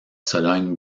sologne